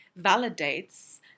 validates